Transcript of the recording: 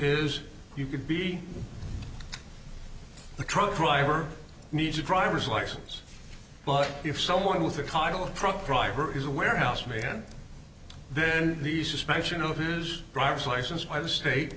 is you could be a truck driver needs a driver's license but if someone with a title truck driver is a warehouse man then the suspension of his driver's license by the state